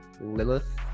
Lilith